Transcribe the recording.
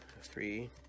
three